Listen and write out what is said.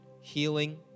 healing